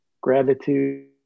gratitude